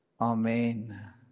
Amen